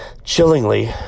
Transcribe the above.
Chillingly